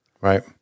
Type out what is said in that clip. Right